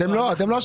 אתם לא השפנים.